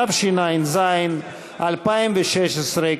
התשע"ז 2016,